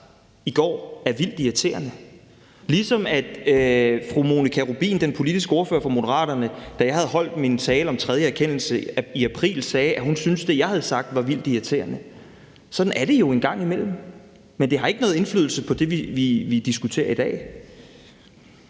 i går, er vildt irriterende, ligesom fru Monika Rubin, den politiske ordfører for Moderaterne, sagde, da jeg i april havde holdt min tale om en tredje erkendelse, at hun syntes, at det, jeg havde sagt, var vildt irriterende. Sådan er det jo en gang imellem, men det har ikke nogen indflydelse på det, at vi diskuterer i dag.